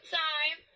time